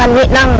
um written um